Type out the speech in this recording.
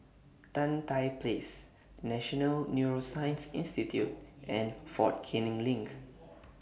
Tan Tye Place National Neuroscience Institute and Fort Canning LINK